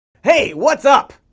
hey, what's up?